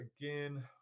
again